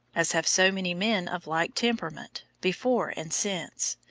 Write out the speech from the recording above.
as have so many men of like temperament, before and since,